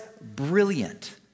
brilliant